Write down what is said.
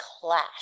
clash